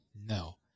No